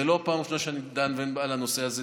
זאת לא פעם ראשונה שאני דן בנושא הזה.